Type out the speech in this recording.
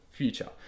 Future